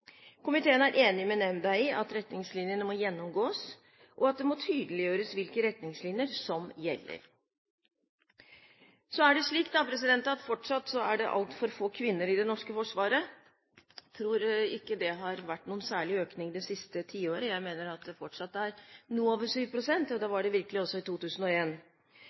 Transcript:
Komiteen er enig med nemnda i at retningslinjene må gjennomgås, og at det må tydeliggjøres hvilke retningslinjer som gjelder. Så er det fortsatt altfor få kvinner i det norske forsvaret. Jeg tror ikke det har vært noen særlig økning det siste tiåret. Jeg mener at det fortsatt er noe over 7 pst., og det var det virkelig også i